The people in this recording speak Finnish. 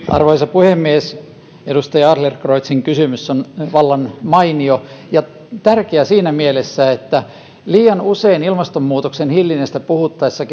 arvoisa puhemies edustaja adlercreutzin kysymys on vallan mainio ja tärkeä siinä mielessä että liian usein ilmastonmuutoksen hillinnästä puhuttaessa